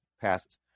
passes